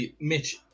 Mitch